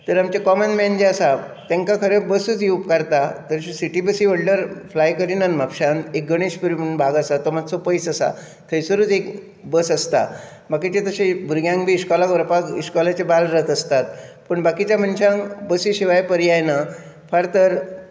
तर आमचे कॉमनमॅन जे आसा तांकां खरेंच बसूच उपकारता तर सिटी बसी व्हडल्यो फ्लाय करिनात म्हापश्यांत एक गणेशपुरी म्हण भाग आसा तो मातसो पयस आसा थंयसरूच एक बस आसता बाकीचे तशे भुरग्यांक बी इश्कोलाक व्हरपाक इश्कोलाच्यो बालरथ आसतात पूण बाकीच्या मनशांक बशी शिवाय पर्याय ना फार तर